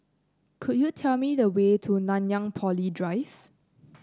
could you tell me the way to Nanyang Poly Drive